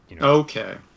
okay